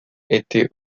était